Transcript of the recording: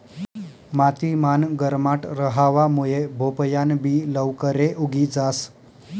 माती मान गरमाट रहावा मुये भोपयान बि लवकरे उगी जास